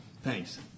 Thanks